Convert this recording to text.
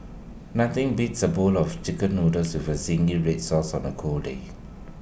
nothing beats A bowl of Chicken Noodles with Zingy Red Sauce on A cold day